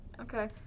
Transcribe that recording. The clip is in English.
Okay